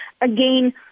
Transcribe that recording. Again